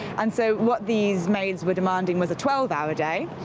and so what these maids were demanding was a twelve hour day,